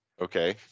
Okay